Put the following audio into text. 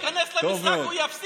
הוא ייכנס למשחק, הוא יפסיד.